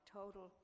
total